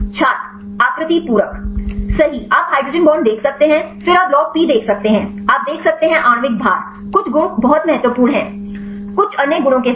छात्र आकृति पूरक सही आप हाइड्रोजन बांड देख सकते हैं फिर आप लॉग पी देख सकते हैं आप देख सकते हैं आणविक भार कुछ गुण बहुत महत्वपूर्ण हैं कुछ अन्य गुणों के साथ